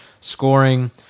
scoring